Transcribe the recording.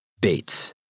Bates